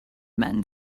men